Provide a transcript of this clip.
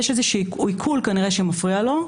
ויש איזשהו עיקול כנראה שמפריע לו,